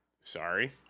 sorry